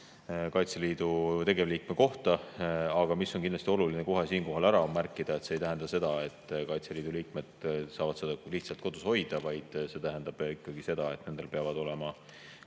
Kaitseliidu tegevliikme kohta. Kindlasti on oluline siinkohal ära märkida, et see ei tähenda, et Kaitseliidu liikmed saaksid seda lihtsalt kodus hoida, vaid see tähendab ikkagi seda, et nendel peavad olemas